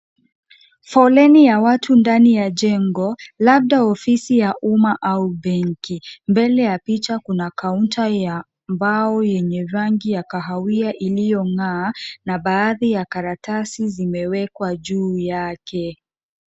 Foleni ya watu ndani ya jengo, labda ofisi ya umma au benki. Mbele ya picha kuna kaunta ya mbao yenye rangi ya kahawia iliyong'aa, na baadhi ya karatasi zimewekwa juu yake.